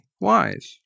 wise